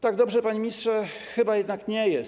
Tak dobrze, panie ministrze, chyba jednak nie jest.